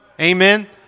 Amen